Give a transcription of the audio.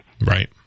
Right